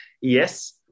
yes